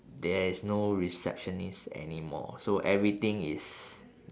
there is no receptionist anymore so everything is